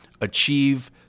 achieve